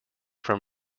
from